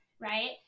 right